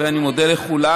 אני מודה לכולם.